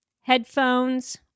Headphones